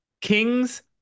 Kings